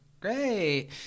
great